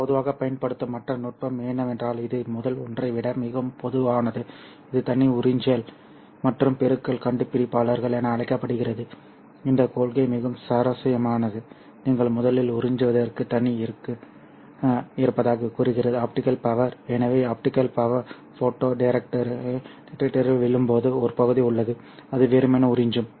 நாம் பொதுவாகப் பயன்படுத்தும் மற்ற நுட்பம் என்னவென்றால் இது முதல் ஒன்றை விட மிகவும் பொதுவானது இது தனி உறிஞ்சுதல் மற்றும் பெருக்கல் கண்டுபிடிப்பாளர்கள் என அழைக்கப்படுகிறது சரி இந்த கொள்கை மிகவும் சுவாரஸ்யமானது நீங்கள் முதலில் உறிஞ்சுவதற்கு தனி அடுக்கு இருப்பதாகக் கூறுகிறது ஆப்டிகல் பவர் எனவே ஆப்டிகல் பவர் ஃபோட்டோ டிடெக்டரில் விழும்போது ஒரு பகுதி உள்ளது அது வெறுமனே உறிஞ்சும்